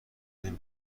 بدین